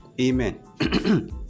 amen